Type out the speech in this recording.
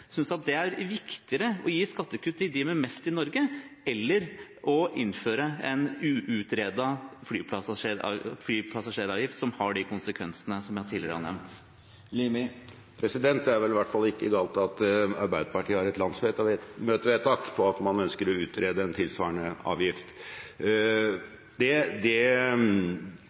det er viktigere å gi skattekutt til dem med mest i Norge – eller å innføre en uutredet flypassasjeravgift som har de konsekvensene som jeg tidligere har nevnt? Det er vel i hvert fall ikke galt at Arbeiderpartiet har et landsmøtevedtak på at man ønsker å utrede en tilsvarende avgift. Det